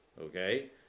okay